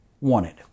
wanted